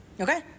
Okay